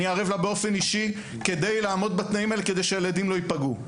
אני ערב לה באופן אישי כדי לעמוד בתנאים האלה כדי שהילדים לא ייפגעו.